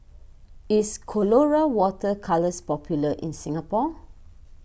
is Colora Water Colours popular in Singapore